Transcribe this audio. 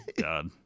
God